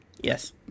Yes